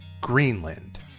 Greenland